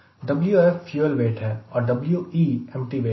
Wf fuel weight है और We empty weight है